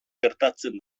gertatzen